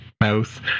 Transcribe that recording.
mouth